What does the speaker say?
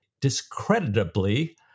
discreditably